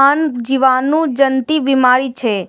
आन जीवाणु जनित बीमारी छियै